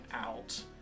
out